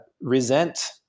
resent